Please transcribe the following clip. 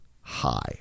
high